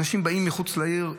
אנשים באים מחוץ לעיר,